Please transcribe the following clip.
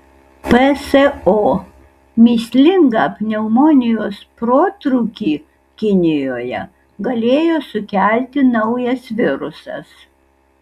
pso mįslingą pneumonijos protrūkį kinijoje galėjo sukelti naujas virusas